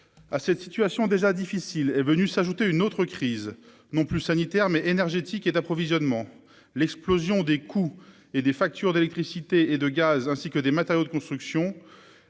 à cette situation déjà difficile, est venue s'ajouter une autre crise non plus sanitaire mais énergétique et d'approvisionnement, l'explosion des coûts et des factures d'électricité et de gaz ainsi que des matériaux de construction